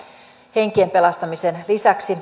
henkien pelastamisen lisäksi